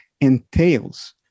entails